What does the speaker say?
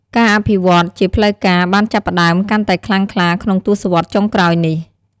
ការអភិវឌ្ឍន៍ជាផ្លូវការបានចាប់ផ្តើមកាន់តែខ្លាំងក្លាក្នុងទសវត្សរ៍ចុងក្រោយនេះ។